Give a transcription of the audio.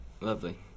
Lovely